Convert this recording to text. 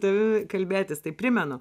tavimi kalbėtis tai primenu